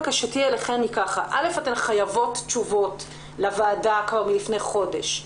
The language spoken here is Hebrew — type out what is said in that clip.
בקשתי כדלקמן: אתן חייבות תשובות לוועדה כבר מלפני חודש.